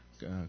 God